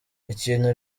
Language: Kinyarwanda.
ikintu